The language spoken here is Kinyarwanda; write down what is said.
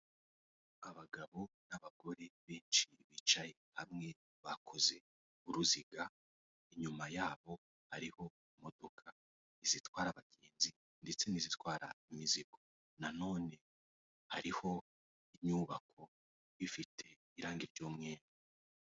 Abagabo n'abagore benshi bicaye hamwe bakoze uruziga, inyuma yabo hariho imodoka zitwara abagenzi ndetse n'izitwara imizigo, na none hariho inyubako ifite irangi ry'umweru.